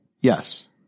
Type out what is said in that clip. Yes